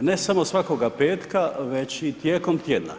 ne samo svakoga petka već i tijekom tjedna.